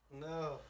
No